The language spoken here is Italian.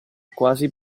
quasi